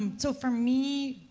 and so, for me,